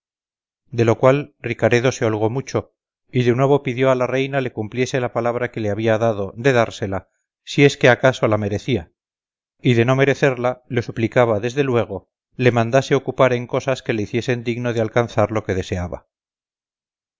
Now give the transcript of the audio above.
de lo cual ricaredo se holgó mucho y de nuevo pidió a la reina le cumpliese la palabra que le había dado de dársela si es que a caso la merecía y de no merecerla le suplicaba desde luego le mandase ocupar en cosas que le hiciesen digno de alcanzar lo que deseaba